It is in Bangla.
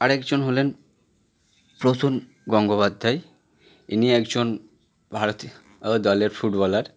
আরেকজন হলেন প্রসুন গঙ্গোপাধ্যায় ইনি একজন ভারতীয় ও দলের ফুটবলার